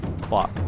clock